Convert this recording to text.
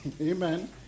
Amen